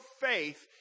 faith